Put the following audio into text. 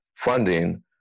Funding